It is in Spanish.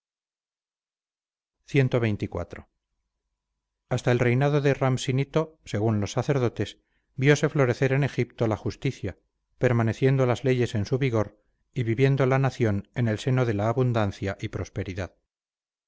cxxiv hasta el reinado de rampsinito según los sacerdotes vióse florecer en egipto la justicia permaneciendo las leyes en su vigor y viviendo la nación en el seno de la abundancia y prosperidad